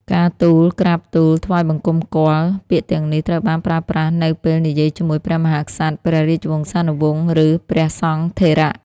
ការទូល ក្រាបទូល ថ្វាយបង្គំគាល់ ពាក្យទាំងនេះត្រូវបានប្រើប្រាស់នៅពេលនិយាយជាមួយព្រះមហាក្សត្រ ព្រះរាជវង្សានុវង្ស ឬព្រះសង្ឃថេរ។